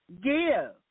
Give